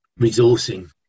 resourcing